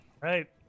Right